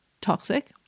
toxic